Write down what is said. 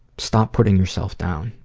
stop putting yourself down.